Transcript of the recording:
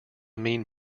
mean